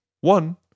one